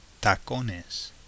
Tacones